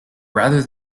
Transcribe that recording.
rather